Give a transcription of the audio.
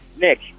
Nick